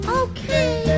okay